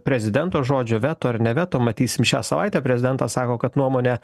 prezidento žodžio veto ar ne veto matysim šią savaitę prezidentas sako kad nuomonę